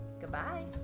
goodbye